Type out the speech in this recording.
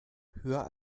höher